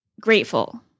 grateful